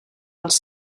als